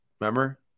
Remember